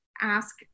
ask